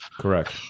correct